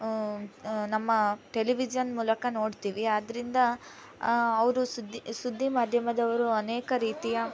ನಮ್ಮ ಟೆಲಿವಿಜನ್ ಮೂಲಕ ನೋಡ್ತೀವಿ ಆದ್ದರಿಂದ ಅವರು ಸುದ್ದಿ ಸುದ್ದಿ ಮಾಧ್ಯಮದವರು ಅನೇಕ ರೀತಿಯ